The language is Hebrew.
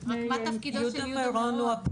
הוא אותו